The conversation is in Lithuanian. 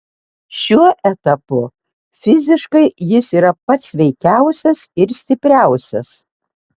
šiuo etapu fiziškai jis yra pats sveikiausias ir stipriausias